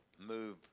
move